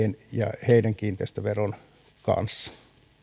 ja niiden kiinteistöveron kanssa